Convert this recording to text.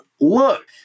look